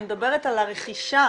אני מדברת על הרכישה.